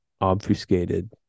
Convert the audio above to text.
obfuscated